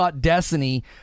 Destiny